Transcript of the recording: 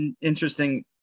interesting